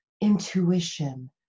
intuition